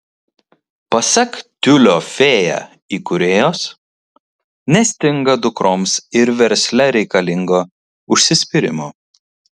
pasak tiulio fėja įkūrėjos nestinga dukroms ir versle reikalingo užsispyrimo